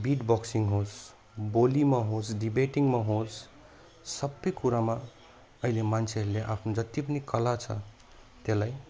beet बक्सिङमा होस् बोलीमा होस् डिबेटिङमा होस् सबै कुरामा अहिले मान्छेहरूले आफ्नो जति पनि कला छ त्योलाई